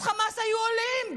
אז חמאס היו עולים.